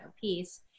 piece